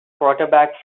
quarterback